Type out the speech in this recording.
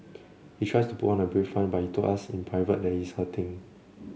he tries to put on a brave front but he told us in private that he is hurting